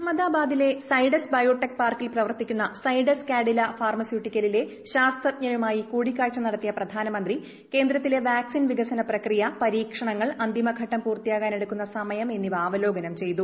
അഹമ്മദാബാദിലെ സൈഡസ് ബയോടെക് പാർക്കിൽ പ്രവർത്തിക്കുന്ന സൈഡസ് കാഡില ഫാർമുസ്യൂട്ടിക്കലിലെ ശാസ്ത്രജ്ഞരുമായി കൂടിക്കാഴ്ച നടത്തിയു പ്രീപ്പാനമന്ത്രി കേന്ദ്രത്തിലെ വാക്സിൻ വികസന പ്രക്ട്രീയ് പരീക്ഷണങ്ങൾ അന്തിമഘട്ടം പൂർത്തിയാകാൻ എട്ടുക്കുന്ന് സമയം എന്നിവ അവലോകനം ചെയ്തു